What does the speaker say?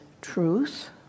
truth